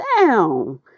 down